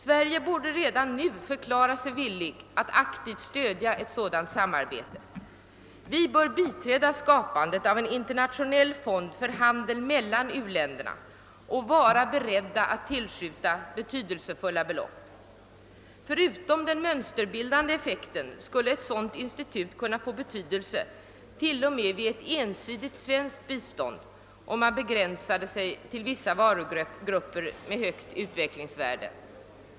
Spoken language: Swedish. Sverige borde redan nu förklara sig villigt att aktivt stödja detta samarbete. Vi bör biträda skapandet av en internationell fond för handel mellan u-länderna och vara beredda att tillskjuta betydande belopp. Förutom den mönsterbildande effekten skulle ett sådant institut kunna få betydelse, t.o.m. vid ett ensidigt svenskt bistånd, om begränsning gjordes till vissa varugrupper med högt utvecklingsvärde.